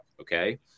Okay